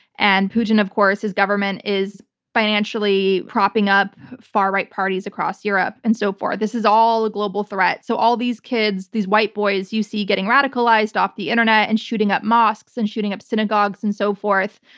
and putin, of course, his government is financially propping up far right parties across europe and so forth. this is all a global threat. so all these kids, these white boys you see getting radicalized off the internet and shooting up mosques, and shooting up synagogues, and so forth,